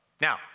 Now